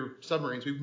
submarines